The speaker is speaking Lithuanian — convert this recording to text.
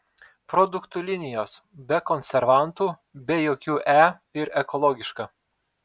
produktų linijos be konservantų be jokių e ir ekologiška